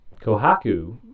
Kohaku